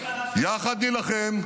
יחד נילחם,